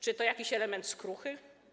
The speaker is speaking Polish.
Czy to jakiś element skruchy?